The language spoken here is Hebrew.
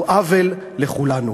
זה עוול לכולנו.